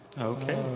Okay